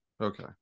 Okay